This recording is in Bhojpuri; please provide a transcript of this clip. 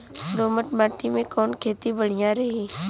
दोमट माटी में कवन खेती बढ़िया रही?